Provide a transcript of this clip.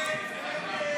לסעיף 37 בדבר